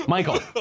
Michael